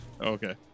Okay